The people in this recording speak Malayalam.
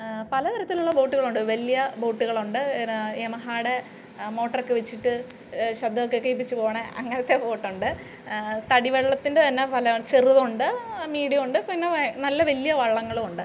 പല തരത്തിലുള്ള ബോട്ടുകളുണ്ട് വലിയ ബോട്ടുകളുണ്ട് എന്താണ് യമഹയുടെ മോട്ടോറൊക്കെ വച്ചിട്ട് ശബ്ദം ഒക്കെ കേള്പ്പിച്ച് പോണേ അങ്ങനത്തെ ബോട്ടുണ്ട് തടി വള്ളത്തിൻ്റെ തന്നെ പല ചെറുതും ഉണ്ട് മീഡിയം ഉണ്ട് പിന്നെ നല്ല വലിയ വള്ളങ്ങളും ഉണ്ട്